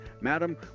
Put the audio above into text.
Madam